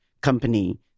company